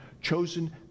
chosen